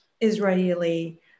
Israeli